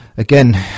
Again